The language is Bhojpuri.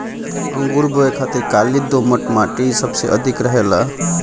अंगूर बोए खातिर काली दोमट माटी सबसे ठीक रहेला